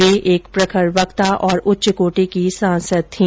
वो एक प्रखर वक्त और उच्च कोटी की सांसद थी